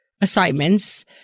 assignments